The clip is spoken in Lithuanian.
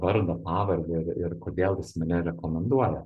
vardą pavardę ir ir kodėl jis mane rekomenduoja